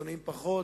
קיצוניים פחות.